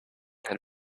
had